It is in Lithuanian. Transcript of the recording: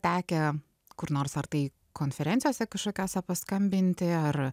tekę kur nors ar tai konferencijose kažkokiose paskambinti ar